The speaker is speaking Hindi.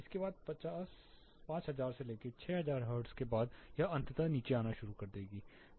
लेकिन बाद 5000 से 6000 हर्ट्ज के बाद यह अंततः नीचे आना शुरू होता है